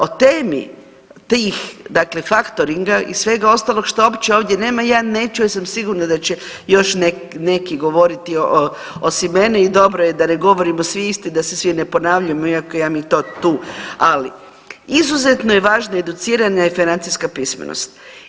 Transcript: O temi tih dakle faktoringa i svega ostalog što uopće ovdje nema ja neću, ja sam sigurna da će još neki govoriti osim mene i dobro je da ne govorimo svi isto, da se svi ne ponavljamo iako imam i to tu, ali izuzetno je važna educirana i financijska pismenost.